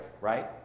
right